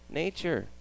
nature